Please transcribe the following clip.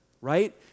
right